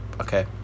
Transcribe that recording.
okay